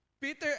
Peter